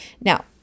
Now